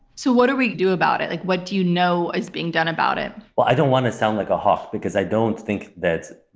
so what do we do about it? like what do you know is being done about it? well, i don't want to sound like a hawk because i don't think that.